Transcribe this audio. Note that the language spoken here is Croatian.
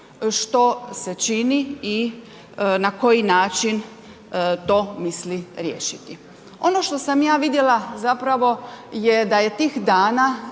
što se čini i na koji način to misli riješiti. Ono što sam ja vidjela, zapravo je da je tih dana